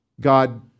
God